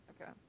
Okay